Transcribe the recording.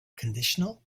conditional